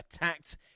attacked